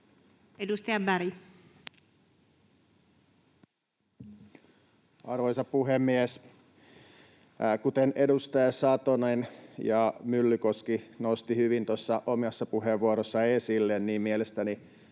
Content: Arvoisa puhemies! Kuten edustajat Satonen ja Myllykoski nostivat hyvin omissa puheenvuoroissaan esille, mielestäni